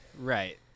Right